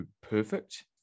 perfect